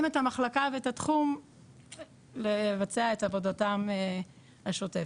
את המחלקה ואת התחום לבצע את עבודתם השוטפת.